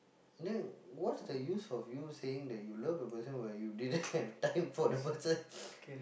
then what's the use of you saying that you love the person but you didn't have time for the person